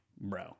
bro